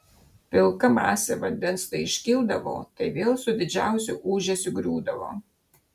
pilka masė vandens tai iškildavo tai vėl su didžiausiu ūžesiu griūdavo